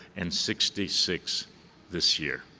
and sixty six this year.